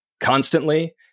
constantly